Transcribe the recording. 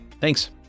Thanks